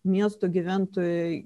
miesto gyventojai